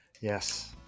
Yes